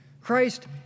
Christ